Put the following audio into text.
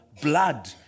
blood